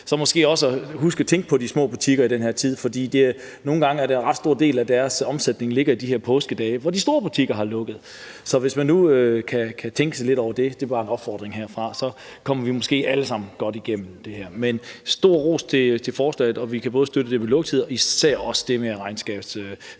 de måske også huske de små butikker i den her tid, for nogle gange ligger en ret stor del af deres omsætning i de her påskedage, hvor de store butikker har lukket. Hvis man nu kan tænke lidt over det – det er bare en opfordring herfra – så kommer vi måske alle sammen godt igennem det her. Men en stor ros for forslaget, og vi kan både støtte det med lukketid og især også det med regnskabsfleksibiliteten.